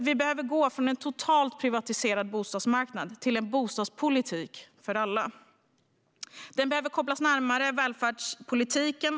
Vi behöver därför gå från en totalt privatiserad bostadsmarknad till en bostadspolitik för alla. Den behöver kopplas närmare välfärdspolitiken.